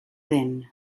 dent